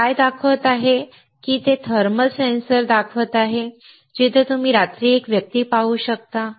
ते काय दाखवत आहेत की ते थर्मल सेन्सर दाखवत आहेत जिथे तुम्ही रात्री एक व्यक्ती पाहू शकता